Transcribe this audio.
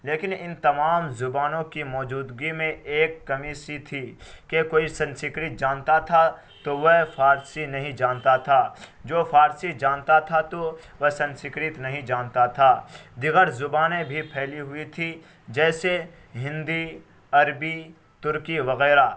لیکن ان تمام زبانوں کی موجودگی میں ایک کمی سی تھی کہ کوئی سنسکرت جانتا تھا تو وہ فارسی نہیں جانتا تھا جو فارسی جانتا تھا تو وہ سنسکرت نہیں جانتا تھا دیگر زبانیں بھی پھیلی ہوئی تیں جیسے ہندی عربی ترکی وغیرہ